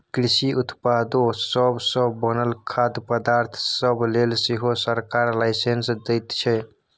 कृषि उत्पादो सब सँ बनल खाद्य पदार्थ सब लेल सेहो सरकार लाइसेंस दैत छै